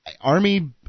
Army